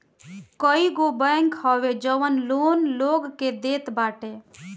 कईगो बैंक हवे जवन लोन लोग के देत बाटे